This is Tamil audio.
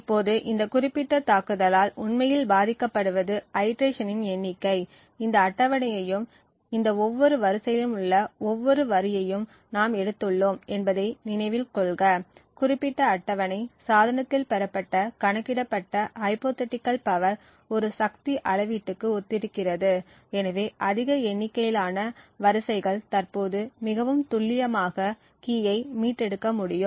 இப்போது இந்த குறிப்பிட்ட தாக்குதலால் உண்மையில் பாதிக்கப்படுவது ஐடிரேஷனின் எண்ணிக்கை இந்த அட்டவணையையும் இந்த ஒவ்வொரு வரிசையிலும் உள்ள ஒவ்வொரு வரியையும் நாம் எடுத்துள்ளோம் என்பதை நினைவில் கொள்க குறிப்பிட்ட அட்டவணை சாதனத்தில் செய்யப்பட்ட கணக்கிடப்பட்ட ஹைப்போதீட்டிகள் பவர் ஒரு சக்தி அளவீட்டுக்கு ஒத்திருக்கிறது எனவே அதிக எண்ணிக்கையிலான வரிசைகள் தற்போது மிகவும் துல்லியமாக கீஐ மீட்டெடுக்க முடியும்